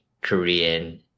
Korean